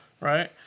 right